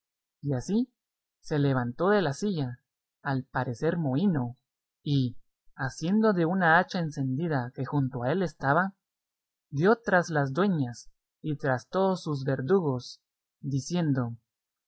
y así se levantó de la silla al parecer mohíno y asiendo de una hacha encendida que junto a él estaba dio tras las dueñas y tras todos su verdugos diciendo